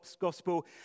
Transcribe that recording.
gospel